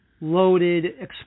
loaded